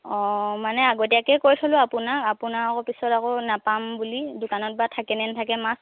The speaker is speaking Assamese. অ মানে আগতীয়াকে কৈ থ'লোঁ আপোনাক আপোনাক আকৌ পিছত আকৌ নাপাম বুলি দোকানত বা থাকেনে নাথাকে মাছ